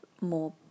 more